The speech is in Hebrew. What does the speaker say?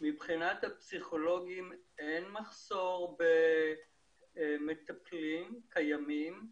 מבחינת הפסיכולוגים אין מחסור במטפלים קיימים,